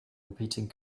repeating